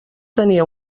tenia